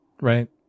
Right